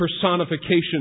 personification